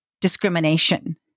discrimination